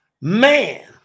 man